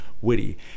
witty